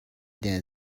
der